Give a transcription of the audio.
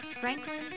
Franklin